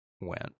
went